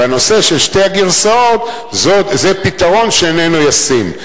בנושא של שתי הגרסאות זה פתרון שאיננו ישים.